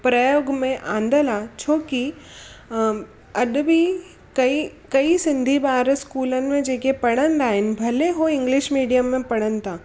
प्रयोग में आंदल आहे छो की अॼु बि कई कई सिंधी ॿार स्कूलनि में जेके पढ़ंदा आहिनि भले उहे इंग्लिश मीडियम में पढ़नि था